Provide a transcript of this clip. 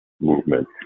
movement